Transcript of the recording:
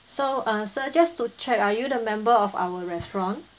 so uh sir just to check are you the member of our restaurant